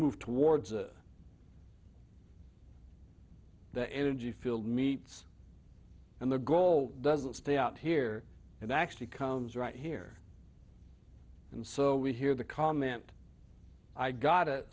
move towards the energy field meets and the goal doesn't stay out here and actually comes right here and so we hear the comment i got it